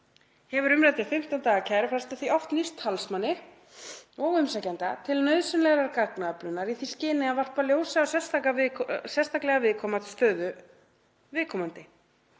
hefur þessi 15 daga kærufrestur oft nýst talsmanni og umsækjanda til nauðsynlegrar gagnaöflunar í því skyni að varpa ljósi á sérstaklega viðkvæma stöðu viðkomandi.